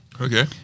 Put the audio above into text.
Okay